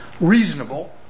reasonable